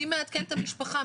מי מעדכן את המשפחה,